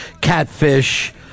Catfish